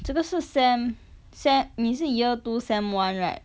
这个是 sem se~ 你是 year two sem one right